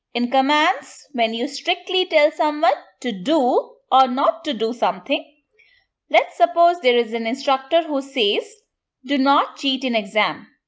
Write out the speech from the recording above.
in commands when you strictly tell someone but to do or not to do something let's suppose there is an instructor who says do not cheat in exam.